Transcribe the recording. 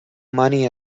money